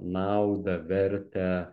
naudą vertę